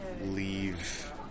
leave